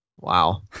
Wow